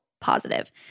positive